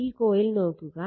ഈ കോയിൽ നോക്കുക